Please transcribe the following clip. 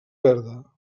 verda